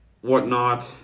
whatnot